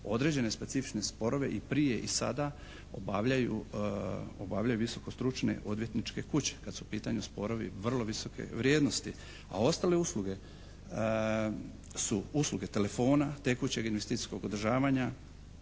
određene specifične sporove i prije i sada obavljaju visoke stručne odvjetničke kuće kad su u pitanju sporovi vrlo visoke vrijednosti, a ostale usluge su usluge telefona, tekućeg investicijskog održavanja,